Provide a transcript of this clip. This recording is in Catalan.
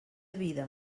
vida